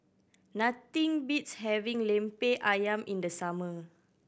nothing beats having Lemper Ayam in the summer